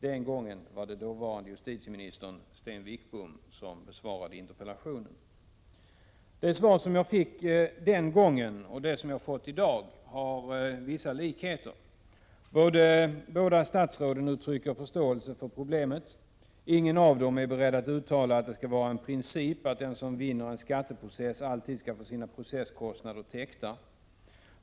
Den gången var det 17 Det svar som jag fick den gången och det som jag fått i dag har vissa likheter. Båda statsråden uttrycker förståelse för problemet. Ingen av dem är beredd att uttala att det skall vara en princip att den som vinner en skatteprocess alltid skall få sina processkostnader täckta.